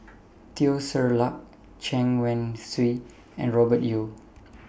Teo Ser Luck Chen Wen Hsi and Robert Yeo